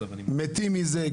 מתים מזה.